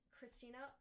Christina